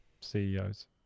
CEOs